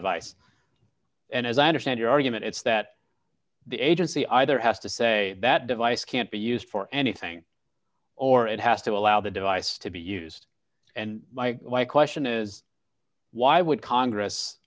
device and as i understand your argument it's that the agency either has to say that device can't be used for anything or it has to allow the device to be used and my question is why would congress